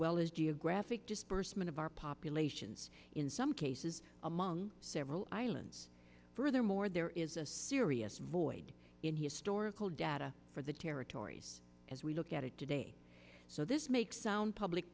well as geographic disbursement of our populations in some cases among several islands furthermore there is a serious void in historical data for the territories as we look at it today so this makes sound public